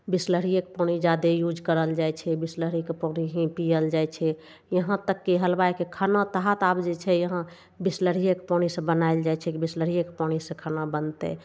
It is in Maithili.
बिसलेरिये कऽ पानी ज्यादा यूज करल जाय छै बिसलेरीके पानि ही पीयल जाइ छै यहाँ तक कि हलवाइके खाना आब जे छै यहाँ बिसलेरियेके पानिसँ बनायल जाइ छै बिसलेरियेके पानिसँ खाना बनतय